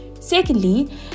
secondly